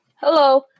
Hello